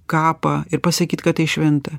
kapą ir pasakyt kad tai šventa